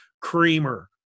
creamer